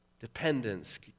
Dependence